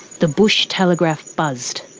the bush telegraph buzzed.